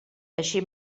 així